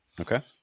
Okay